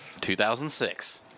2006